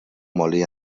molí